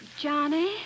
Johnny